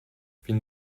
fin